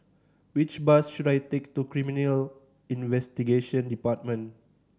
which bus should I take to Criminal Investigation Department